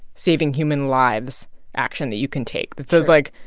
saving-human-lives action that you can take that says, like,